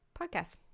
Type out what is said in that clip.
podcast